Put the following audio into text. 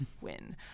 Win